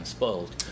Spoiled